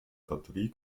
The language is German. batterie